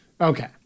Okay